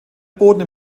boden